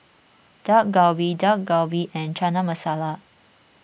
Dak Galbi Dak Galbi and Chana Masala